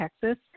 Texas